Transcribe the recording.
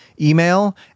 email